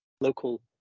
Local